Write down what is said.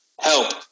help